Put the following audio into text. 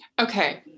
Okay